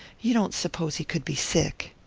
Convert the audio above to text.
you don't suppose he could be sick?